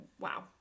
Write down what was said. wow